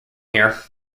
here